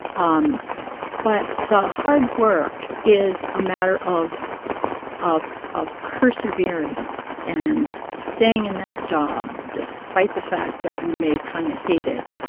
um but the hard work is a matter of of persevering and staying in that job, despite the fact that you may kind of hate it,